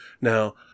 now